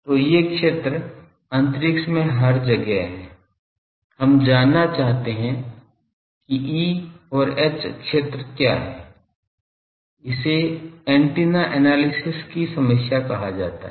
तो ये क्षेत्र अंतरिक्ष में हर जगह हैं हम जानना चाहते हैं कि E और H क्षेत्र क्या है इसे एंटीना एनालिसिस की समस्या कहा जाता है